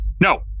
No